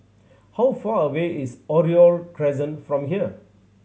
how far away is Oriole Crescent from here